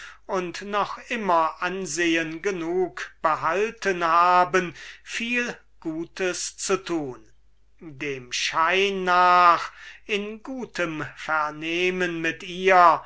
und noch immer ansehen genug behalten haben viel gutes zu tun dem schein nach in gutem vernehmen mit ihr